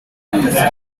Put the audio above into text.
there